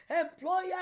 employer